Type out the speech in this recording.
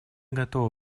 готова